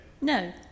No